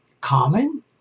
common